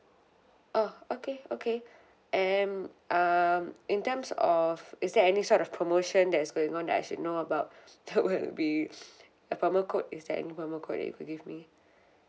oh okay okay and um in terms of is there any sort of promotion that is going on that I should know about that would be a promo code is there any promo code that you could give me